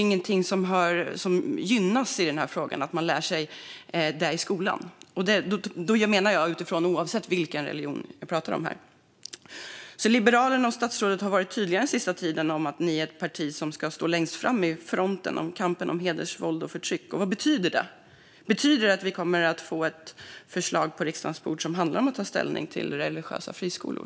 Ingenting i den här frågan gynnas av att barn lär sig detta i skolan, oavsett vilken religion vi pratar om. Liberalerna och statsrådet har den senaste tiden varit tydliga med att Liberalerna är ett parti som ska stå längst fram i kampen mot hedersrelaterat våld och förtryck. Vad betyder det? Betyder det att vi kommer att få ett förslag på riksdagens bord som handlar om att ta ställning till religiösa friskolor?